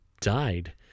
died